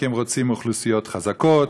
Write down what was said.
כי הם רוצים אוכלוסיות חזקות.